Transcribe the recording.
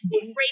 great